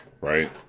Right